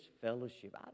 fellowship